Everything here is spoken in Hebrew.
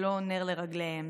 הן לא נר לרגליהם.